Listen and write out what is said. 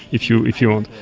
if you if you want,